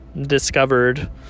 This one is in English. discovered